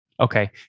Okay